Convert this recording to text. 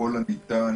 ככל הניתן